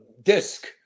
disc